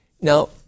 Now